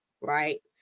right